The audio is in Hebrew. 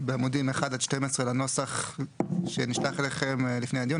בעמודים 1 עד 12 לנוסח שנשלח אליכם לפני הדיון,